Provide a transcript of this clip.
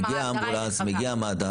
כשמגיע אמבולנס או מד"א,